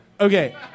Okay